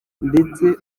ndetse